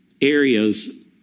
areas